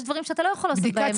יש דברים שאתה לא יכול לעשות בהם.